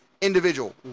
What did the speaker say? individual